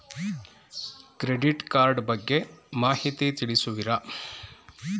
Credit card ಬಗ್ಗೆ ಮಾಹಿತಿ ತಿಳಿಸುವಿರಾ?